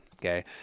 okay